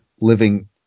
living